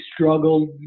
struggled